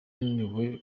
yananiwe